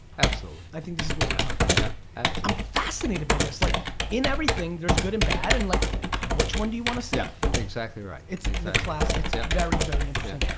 absolutely. i think this is what we're talking about. i'm fascinated by this. like in everything there's good and bad and like which one do you want to see? exactly right. it's it's the classic, it's ah very, very interesting.